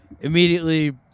immediately